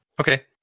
Okay